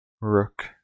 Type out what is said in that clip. Rook